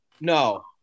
No